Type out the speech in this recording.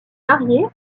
marié